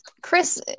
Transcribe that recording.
Chris